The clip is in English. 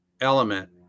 element